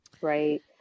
right